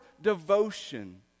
devotion